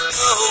go